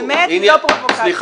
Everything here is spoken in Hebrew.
האמת היא לא פרובוקציה.